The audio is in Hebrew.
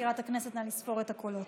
מזכירת הכנסת, נא לספור את הקולות.